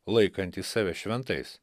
laikantys save šventais